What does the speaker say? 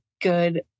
good